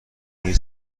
این